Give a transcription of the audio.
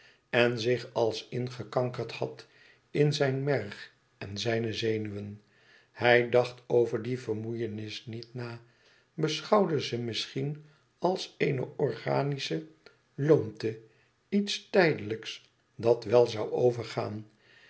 en zich als ingekankerd had in zijn merg en zijne zenuwen hij dacht over die vermoeienis niet na beschouwde ze misschien als eene organische loomte iets tijdelijks dat wel zoû overgaan